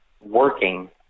working